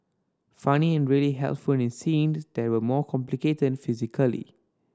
funny and really helpful in scene that were more complicated physically